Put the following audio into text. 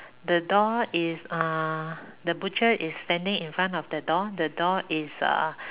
the door is uh the butcher is standing in front of the door the door is uh